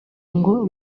ngo